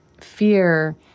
fear